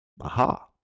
Aha